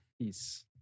peace